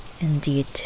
indeed